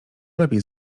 lepiej